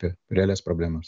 apie realias problemas